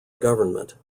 government